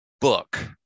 book